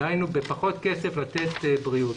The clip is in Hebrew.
דהיינו, בפחות כסף לתת בריאות.